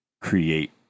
create